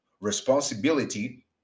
responsibility